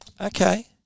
Okay